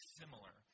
similar